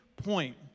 point